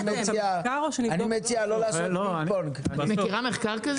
את מכירה מחקר שכזה?